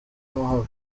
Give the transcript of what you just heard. amahoro